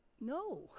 No